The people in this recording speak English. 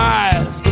eyes